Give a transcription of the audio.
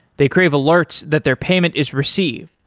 they crave alerts that their payment is received.